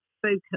Focus